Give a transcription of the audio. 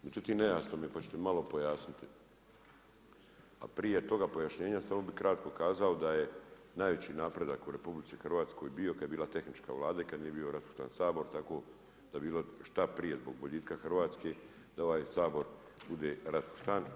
Međutim, nejasno mi je pa ćete mi malo pojasniti, a prije toga pojašnjenja samo bih kratko kazao da je najveći napredak u RH bio kad je bila tehnička Vlada i kad nije bio raspušten Sabor tako da šta prije zbog boljitka Hrvatske da ovaj Sabor bude raspuštan.